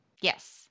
Yes